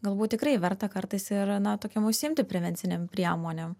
galbūt tikrai verta kartais ir na tokiom užsiimti prevencinėm priemonėm